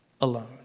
alone